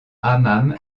hammam